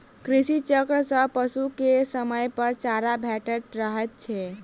कृषि चक्र सॅ पशु के समयपर चारा भेटैत रहैत छै